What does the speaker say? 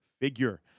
figure